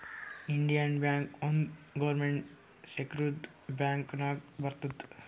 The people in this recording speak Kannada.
ಇಂಡಿಯನ್ ಬ್ಯಾಂಕ್ ಒಂದ್ ಗೌರ್ಮೆಂಟ್ ಸೆಕ್ಟರ್ದು ಬ್ಯಾಂಕ್ ನಾಗ್ ಬರ್ತುದ್